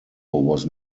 was